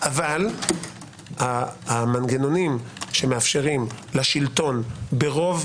אבל המנגנונים שמאפשרים לשלטון ברוב,